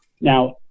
Now